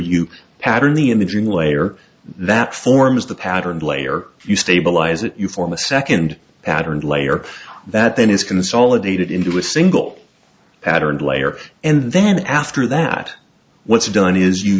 you pattern the imaging layer that forms the pattern layer you stabilize it you form a second patterned layer that then is consolidated into a single patterned layer and then after that what's done is you